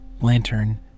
lantern